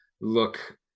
look